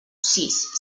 sis